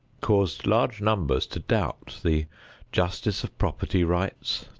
caused large numbers to doubt the justice of property rights,